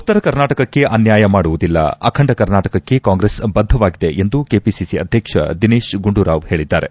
ಉತ್ತರ ಕರ್ನಾಟಕಕ್ಕೆ ಅನ್ನಾಯ ಮಾಡುವುದಿಲ್ಲ ಅಖಂಡ ಕರ್ನಾಟಕಕ್ಕೆ ಕಾಂಗ್ರೆಸ್ ಬದ್ದವಾಗಿದೆ ಎಂದು ಕೆಪಿಸಿ ಅಧ್ಯಕ್ಷ ದಿನೇತ್ ಗುಂಡೂರಾವ್ ಹೇಳಿದ್ದಾರೆ